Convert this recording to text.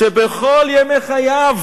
שבכל ימי חייו